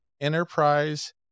enterprise-